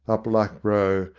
up luck row,